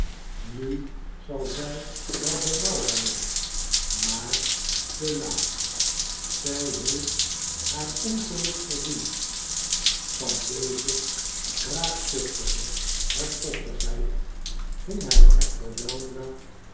nu zal zij wel berouw hebben maar te laat zij heeft haar ongeluk verdiend van deze wraakzuchtige hardvochtigheid ging hij echter weldra